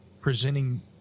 presenting